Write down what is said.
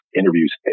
interviews